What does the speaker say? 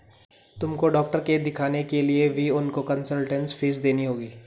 तुमको डॉक्टर के दिखाने के लिए भी उनको कंसलटेन्स फीस देनी होगी